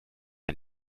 der